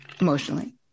emotionally